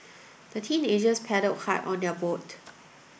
the teenagers paddled hard on their boat